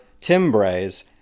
Timbres